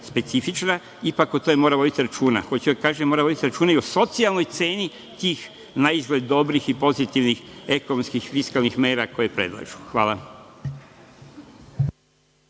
specifična, ipak o tome mora voditi računa. Hoću da kažem da mora voditi računa i o socijalnoj ceni tih naizgled dobrih i pozitivnih ekonomskih i fiskalnih mera koje predlažu. Hvala.